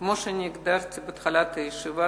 כמו שאני הגדרתי בתחילת הישיבה,